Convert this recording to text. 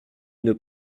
une